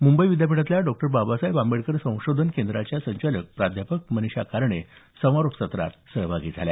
मुंबई विद्यापीठातल्या डॉ बाबासाहेब आंबेडकर संशोधन केंद्राच्या संचालक प्राध्यापक मनीषा कारणे समारोप सत्रात सहभागी झाल्या